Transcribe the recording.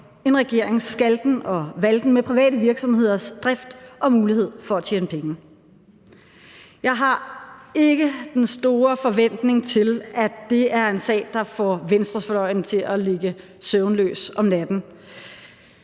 en regerings skalten og valten med private virksomheders drift og mulighed for at tjene penge. Jeg har ikke den store forventning til, at det er en sag, der får venstrefløjen til at ligge søvnløs om natten,